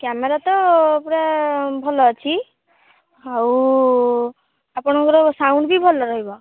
camera ତ ପୁରା ଭଲ ଅଛି ଆଉ ଆପଣଙ୍କର ସାଉଣ୍ଡ ବି ଭଲ ରହିବ